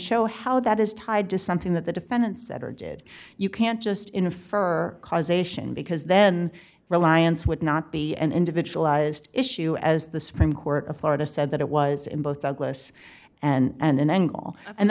show how that is tied to something that the defendant said or did you can't just infer causation because then reliance would not be an individualized issue as the supreme court of florida said that it was in both douglas and an angle and